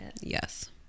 Yes